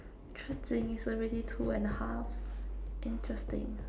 interesting it's already two and a half interesting